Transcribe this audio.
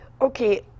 Okay